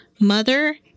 mother